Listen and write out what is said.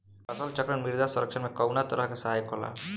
फसल चक्रण मृदा संरक्षण में कउना तरह से सहायक होला?